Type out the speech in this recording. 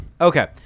Okay